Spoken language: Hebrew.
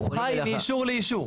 הוא חי מאישור לאישור.